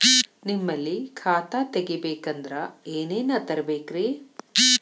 ನಿಮ್ಮಲ್ಲಿ ಖಾತಾ ತೆಗಿಬೇಕಂದ್ರ ಏನೇನ ತರಬೇಕ್ರಿ?